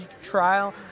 trial